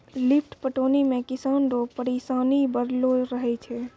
lift पटौनी मे किसान रो परिसानी बड़लो रहै छै